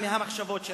ומהמחשבות שלהם,